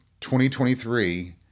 2023